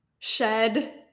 shed